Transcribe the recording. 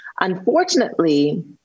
Unfortunately